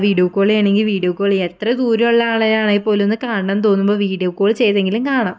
video call ചെയ്യണം എങ്കിൽ video call ചെയ്യാം എത്ര ദൂരെയുള്ള ആളെയാണെങ്കിൽ പോലും ഒന്ന് കാണണം എന്ന് തോന്നുമ്പോൾ വീഡിയോ കോൾ ചെയ്തെങ്കിലും കാണാം